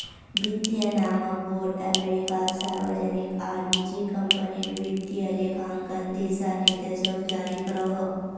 वित्तिय मानक बोर्ड अमेरिकात सार्वजनिक आर निजी क्म्पनीर वित्तिय लेखांकन दिशा निर्देशोक जारी करोहो